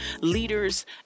leaders